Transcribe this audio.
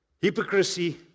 hypocrisy